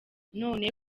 none